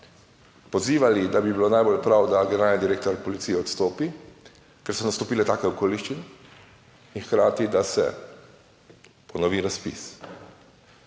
pozivali, da bi bilo najbolj prav, da generalni direktor policije odstopi, ker so nastopile take okoliščine, in hkrati da se ponovi razpis.